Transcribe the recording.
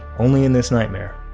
only in this nightmare!